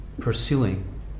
pursuing